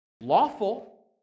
lawful